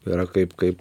yra kaip kaip